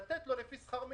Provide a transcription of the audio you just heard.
לתת לו לפי שכר מינימום,